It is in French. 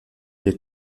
des